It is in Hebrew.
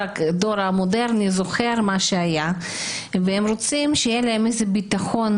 המודרני זוכר מה שהיה והם רוצים שיהיה להם ביטחון,